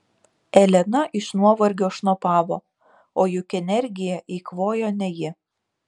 elena iš nuovargio šnopavo o juk energiją eikvojo ne ji